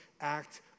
act